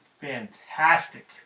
fantastic